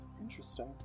Interesting